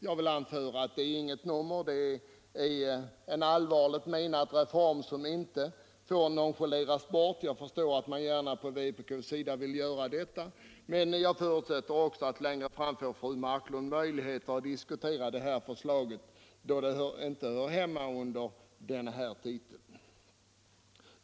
Jag vill anföra att det inte är något nummer utan en allvarligt menad reform som inte får nonchaleras. Jag förstår att man inom vpk gärna vill nonchalera förslaget, men jag förutsätter också att fru Marklund längre fram får möjligheter att diskutera förslaget, eftersom det inte hör till det här ärendet.